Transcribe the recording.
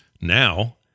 now